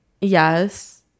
yes